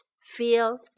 feel